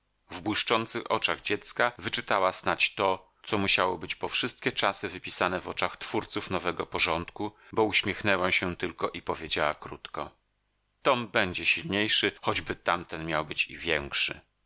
błyszczących oczach dziecka wyczytała snadź to co musiało być po wszystkie czasy wypisane w oczach twórców nowego porządku bo uśmiechnęła się tylko i odpowiedziała krótko tom będzie silniejszy choćby tamten miał być i większy